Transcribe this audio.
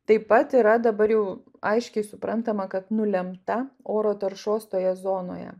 taip pat yra dabar jau aiškiai suprantama kad nulemta oro taršos toje zonoje